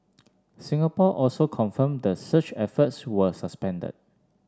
Singapore also confirmed the search efforts were suspended